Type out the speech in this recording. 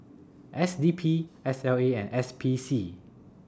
S D P S L A and S P C